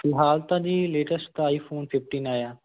ਫਿਲਹਾਲ ਤਾਂ ਜੀ ਲੇਟੈਸਟ ਆਈ ਫੋਨ ਫਿਫਟੀਂਨ ਆਇਆ